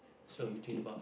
eighteen